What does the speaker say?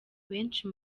benshi